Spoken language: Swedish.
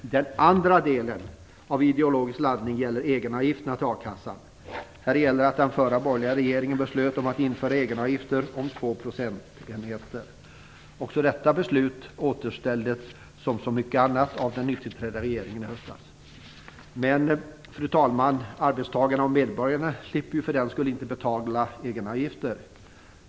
Den andra frågan med ideologisk laddning gäller egenavgifterna till a-kassan. Den förra borgerliga regeringen beslöt att införa egenavgifter om två procentenheter. Också detta beslut återställdes, som så mycket annat, av den nytillträdda regeringen i höstas. Men, fru talman, arbetstagarna och medborgarna slipper för den skulle inte betala egenavgifter.